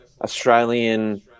Australian